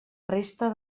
resta